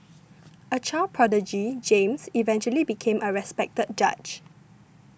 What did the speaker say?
a child prodigy James eventually became a respected judge